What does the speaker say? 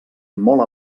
molt